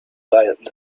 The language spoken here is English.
bad